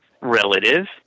relative